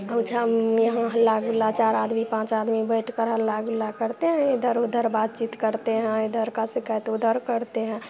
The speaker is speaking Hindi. ओछा यहाँ हल्ला गुल्ला चार आदमी पांच आदमी बैठ कर हल्ला गुल्ला करते हैं इधर उधर बात चीत करते हैं इधर का शिकायत उधर करते हैं